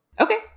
Okay